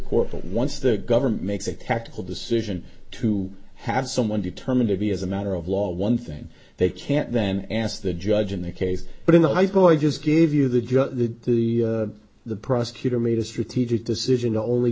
court and once the government makes a tactical decision to have someone determine to be as a matter of law one thing they can't then ask the judge in the case but in the high school i just gave you the judge the the prosecutor made a strategic decision only